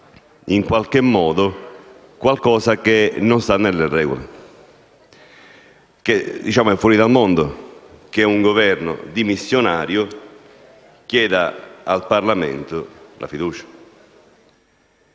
in qualche modo qualcosa che non sta nelle regole, perché è fuori dal mondo che un Governo dimissionario chieda la fiducia